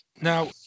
Now